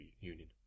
Union